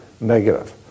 negative